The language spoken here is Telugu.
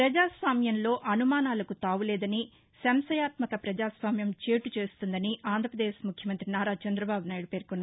ప్రజాస్వామ్యంలో అనుమానాలకు తావులేదని సంశయాత్మక పజాస్వామ్యం చేటు చేస్తుందని ఆంధ్రాపదేశ్ ముఖ్యమంత్రి నారా చంద్రబాబునాయుడు పేర్కొన్నారు